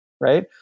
right